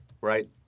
Right